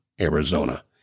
Arizona